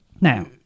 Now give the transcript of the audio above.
Now